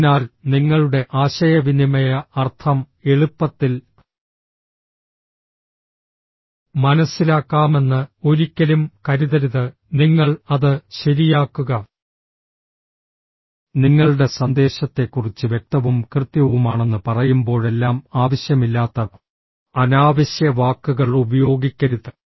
അതിനാൽ നിങ്ങളുടെ ആശയവിനിമയ അർത്ഥം എളുപ്പത്തിൽ മനസ്സിലാക്കാമെന്ന് ഒരിക്കലും കരുതരുത് നിങ്ങൾ അത് ശരിയാക്കുക നിങ്ങളുടെ സന്ദേശത്തെക്കുറിച്ച് വ്യക്തവും കൃത്യവുമാണെന്ന് പറയുമ്പോഴെല്ലാം ആവശ്യമില്ലാത്ത അനാവശ്യ വാക്കുകൾ ഉപയോഗിക്കരുത്